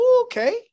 Okay